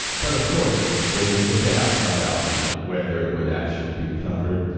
but of course there was the doubt about you know whether it would actually be covered.